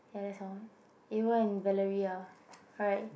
ya that's all you Evan and Valerie ah right